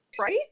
Right